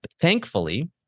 Thankfully